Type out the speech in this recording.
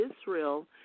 Israel